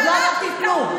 עוד לא אמרתי כלום.